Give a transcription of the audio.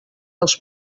els